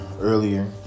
Earlier